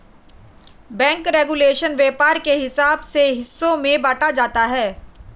bank regulation व्यापार के हिसाब से हिस्सों में बांटा जाता है